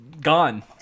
gone